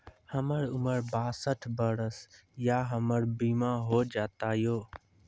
हमर उम्र बासठ वर्ष या हमर बीमा हो जाता यो?